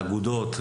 לאגודות,